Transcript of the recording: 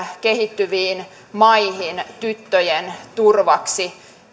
kehittyviin maihin tyttöjen turvaksi